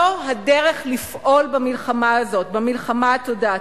זו הדרך לפעול במלחמה הזאת, במלחמה התודעתית.